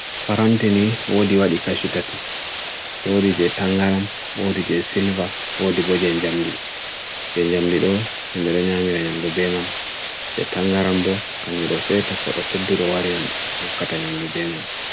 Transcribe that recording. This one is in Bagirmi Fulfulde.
paranthi ni odi wadi kashitatu, odi jay tangaram, odi jay silver, odi bojay njamdi, njamlido, hymeronyamiray njamdu beiman, jay tangarambo, kanjurose to kodote dudo wariyon bhe wukata njamdu beiman.